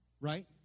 right